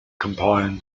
combine